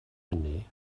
hynny